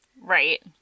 Right